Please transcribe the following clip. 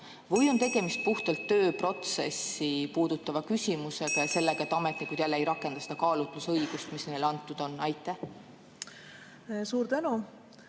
Või on tegemist puhtalt tööprotsessi puudutava küsimusega ja sellega, et ametnikud ei rakenda seda kaalutlusõigust, mis neile antud on? Aitäh!